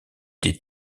des